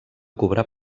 cobrar